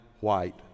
white